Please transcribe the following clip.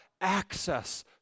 access